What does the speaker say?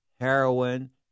heroin